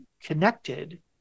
connected